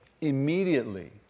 Immediately